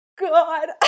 God